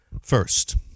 First